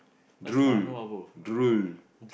drool drool